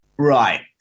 Right